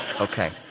Okay